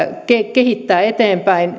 kehittää eteenpäin